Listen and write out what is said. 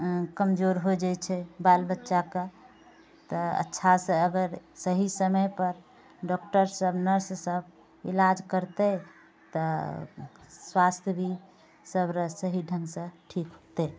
कमजोर हो जाइ च बाल बच्चाके तऽ अच्छासँ अगर सहि समय पर डॉक्टर सभ नर्स सभ इलाज करतै तऽ स्वास्थ्य भी सभरे सहि ढङ्गसँ ठीक हौतै